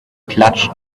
clutch